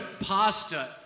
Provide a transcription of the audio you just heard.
pasta